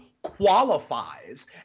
qualifies